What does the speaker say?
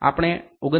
આપણે 29